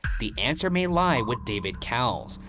the answer may lie with david cowles,